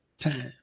time